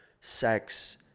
sex